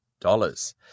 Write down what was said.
dollars